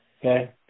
okay